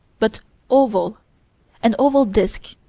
but oval an oval disk,